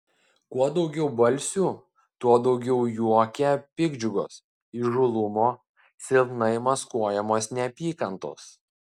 kuo daugiau balsių tuo daugiau juoke piktdžiugos įžūlumo silpnai maskuojamos neapykantos